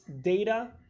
data